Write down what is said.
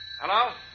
Hello